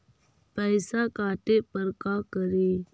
पैसा काटे पर का करि?